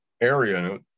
area